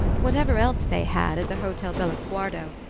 whatever else they had at the hotel bellosguardo,